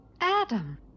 Adam